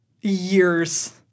years